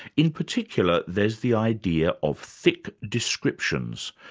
in particular, there's the idea of thick descriptions,